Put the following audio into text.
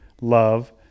love